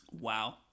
Wow